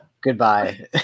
goodbye